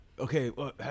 okay